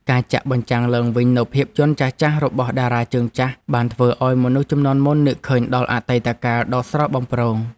ការចាក់បញ្ចាំងឡើងវិញនូវភាពយន្តចាស់ៗរបស់តារាជើងចាស់បានធ្វើឱ្យមនុស្សជំនាន់មុននឹកឃើញដល់អតីតកាលដ៏ស្រស់បំព្រង។